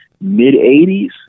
mid-80s